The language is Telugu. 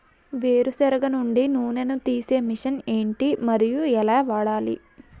వేరు సెనగ నుండి నూనె నీ తీసే మెషిన్ ఏంటి? మరియు ఎలా వాడాలి?